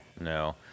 no